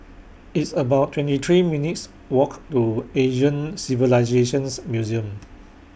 It's about twenty three minutes' Walk to Asian Civilisations Museum